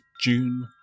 June